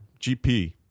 GP